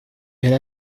elle